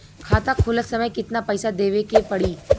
खाता खोलत समय कितना पैसा देवे के पड़ी?